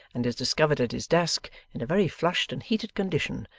and is discovered at his desk, in a very flushed and heated condition,